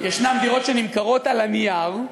ישנן דירות שנמכרות על הנייר,